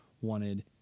wanted